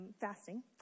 fasting